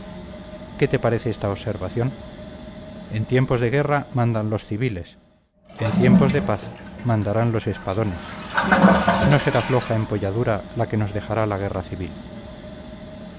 qué te parece esta observación en tiempos de guerra mandan los civiles en tiempos de paz mandarán los espadones no será floja empolladura la que nos dejará la guerra civil